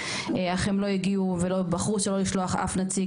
אך הם לא הגיעו ובחרו שלא לשלוח אף נציג,